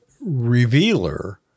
revealer